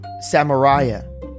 Samaria